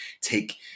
take